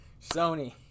Sony